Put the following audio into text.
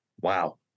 wow